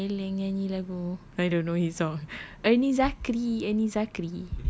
syamel yang nyanyi lagu I don't know his song ernie zakri ernie zakri